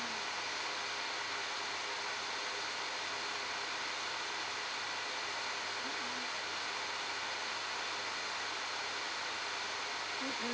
mm mm